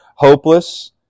hopeless